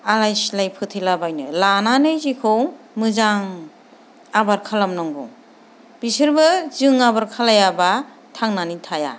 आलाय सिलाय फोथैलाबायनो लानानै जेखौ मोजां आबोर खालामनांगौ बिसोरबो जों आबोर खालामाब्ला थांनानै थाया